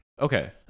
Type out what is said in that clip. okay